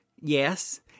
Yes